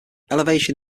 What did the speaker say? elevation